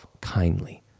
kindly